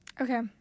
Okay